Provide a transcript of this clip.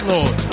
Lord